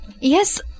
yes